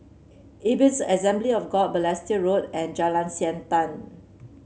Ebenezer Assembly of God Balestier Road and Jalan Siantan